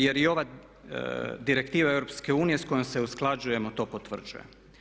Jer i ova direktiva EU s kojom se usklađujemo to potvrđuje.